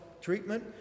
treatment